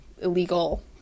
illegal